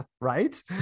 Right